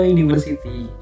University